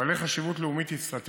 במאי 2013,